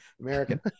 American